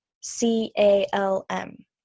C-A-L-M